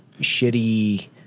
shitty